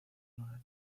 novelas